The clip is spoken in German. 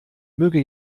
möge